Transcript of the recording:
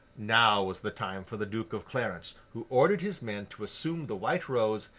now was the time for the duke of clarence, who ordered his men to assume the white rose,